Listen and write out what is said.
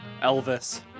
Elvis